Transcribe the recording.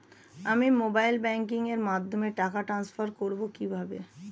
আমি mobile banking এর মাধ্যমে টাকা টান্সফার করব কিভাবে?